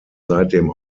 seitdem